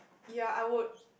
ya I would